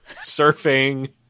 Surfing